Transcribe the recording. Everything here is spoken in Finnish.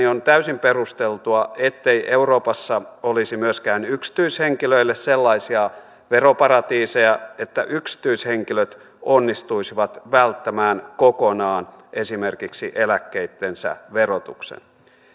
on täysin perusteltua ettei euroopassa olisi myöskään yksityishenkilöille sellaisia veroparatiiseja että yksityishenkilöt onnistuisivat välttämään kokonaan esimerkiksi eläkkeittensä verotuksen